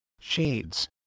shades